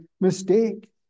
mistake